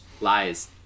lies